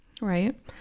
Right